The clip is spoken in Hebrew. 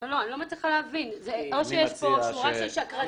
לא מצליחה להבין, או שיש פה שורה של שקרנים,